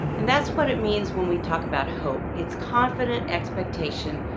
and that's what it means when we talk about hope. it's confident expectation.